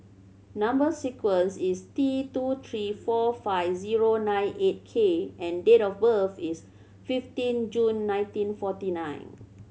number sequence is T two three four five zero nine eight K and date of birth is fifteen June nineteen forty nine